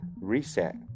Reset